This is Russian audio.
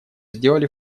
сделали